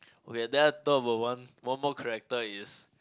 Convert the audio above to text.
okay then I talk about one one more character is